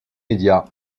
médias